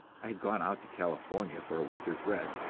i had gone out to california for a winter's rest,